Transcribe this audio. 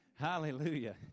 Hallelujah